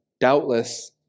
doubtless